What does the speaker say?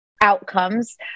outcomes